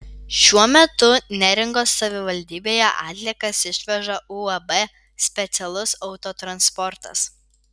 šiuo metu neringos savivaldybėje atliekas išveža uab specialus autotransportas